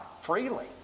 freely